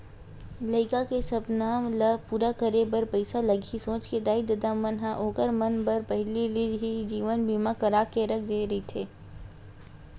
लइका के सपना ल पूरा करे बर पइसा लगही सोच के दाई ददा मन ह ओखर मन बर पहिली ले ही जीवन बीमा करा के रख दे रहिथे